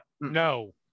No